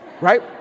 right